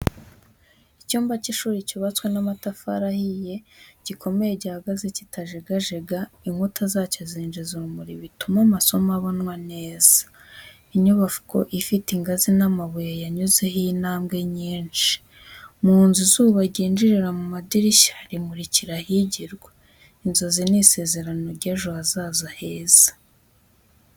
Icyumba cy’ishuri cyubatswe n’amatafari ahiye, gikomeye gihagaze kitajegajega, inkuta zacyo zinjiza urumuri bituma amasomo abonwa neza. Inyubako ifite ingazi z’amabuye, yanyuzeho intambwe nyinshi. Mu nzu, izuba rinjirira mu madirishya, rimurikira ahigirwa, inzozi n’isezerano ry’ejo hazaza heza.